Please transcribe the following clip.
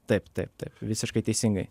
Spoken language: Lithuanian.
taip taip taip visiškai teisingai